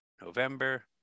November